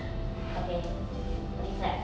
okay okay clap